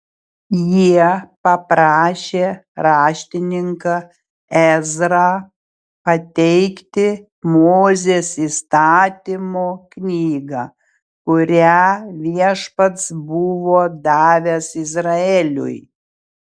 jie paprašė raštininką ezrą pateikti mozės įstatymo knygą kurią viešpats buvo davęs izraeliui